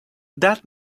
that